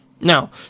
Now